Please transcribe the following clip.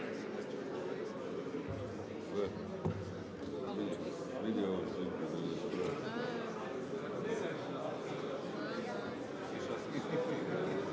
Hvala